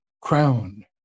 crown